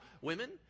women